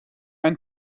ein